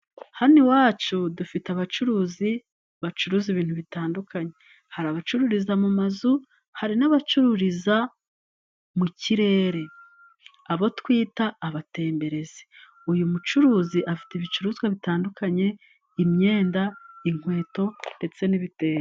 Hano iwacu dufite abacuruzi bacuruza ibintu bitandukanye hari abacururiza mu mazu hari n'abacururiza mu kirere abo twita abatemberezi uyu mucuruzi afite ibicuruzwa bitandukanye imyenda, inkweto ndetse n'ibite.